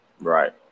Right